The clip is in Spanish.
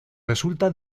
resulta